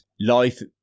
life